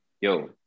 Yo